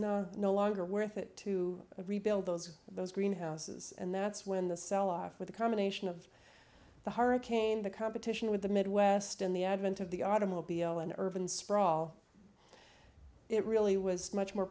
no no longer worth it to rebuild those those greenhouses and that's when the sell off with a combination of the hurricane the competition with the midwest and the advent of the automobile and urban sprawl it really was much more